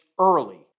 early